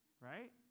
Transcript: right